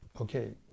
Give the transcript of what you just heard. okay